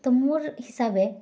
ତ ମୋର୍ ହିସାବେ